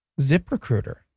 ZipRecruiter